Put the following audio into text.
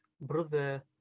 brother